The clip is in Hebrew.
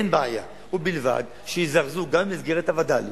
אין בעיה, ובלבד שיזרזו גם במסגרת הווד"לים.